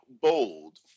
bold